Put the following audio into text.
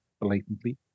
blatantly